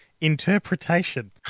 Interpretation